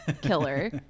killer